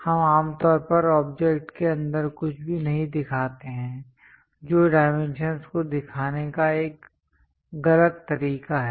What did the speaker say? हम आम तौर पर ऑब्जेक्ट के अंदर कुछ भी नहीं दिखाते हैं जो डाइमेंशंस को दिखाने का एक गलत तरीका है